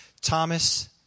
Thomas